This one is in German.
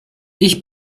ich